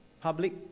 public